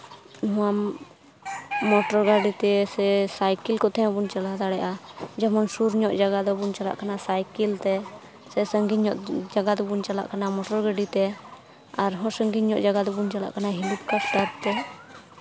motor ᱜᱟᱹᱰᱤ ᱛᱮ ᱥᱮ ᱥᱟᱭᱠᱮᱞ ᱠᱚᱛᱮ ᱦᱚᱸᱵᱚᱱ ᱪᱟᱞᱟᱣ ᱫᱟᱲᱮᱭᱟᱜᱼᱟ ᱡᱮᱢᱚᱱ ᱥᱩᱨ ᱧᱚᱜ ᱡᱟᱭᱜᱟ ᱫᱚᱵᱚᱱ ᱪᱟᱞᱟᱜ ᱠᱟᱱᱟ ᱥᱟᱭᱠᱮᱞ ᱛᱮ ᱥᱟᱺᱜᱤᱧ ᱧᱚᱜ ᱡᱟᱭᱜᱟ ᱫᱚᱵᱚᱱ ᱪᱟᱞᱟᱜ ᱠᱟᱱᱟ ᱢᱚᱴᱚᱨ ᱜᱟᱹᱰᱤ ᱛᱮ ᱟᱨᱦᱚᱸ ᱥᱟᱺᱜᱤᱧ ᱧᱚᱜ ᱡᱟᱭᱜᱟ ᱫᱚᱵᱚᱱ ᱪᱟᱞᱟᱜ ᱠᱟᱱᱟ ᱦᱮᱞᱤᱠᱮᱯᱴᱟᱨ ᱛᱮ